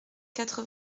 quatre